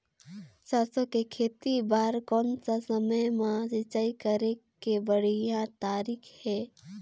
सरसो के खेती बार कोन सा समय मां सिंचाई करे के बढ़िया तारीक हे?